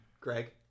Greg